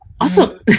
Awesome